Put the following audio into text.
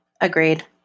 Agreed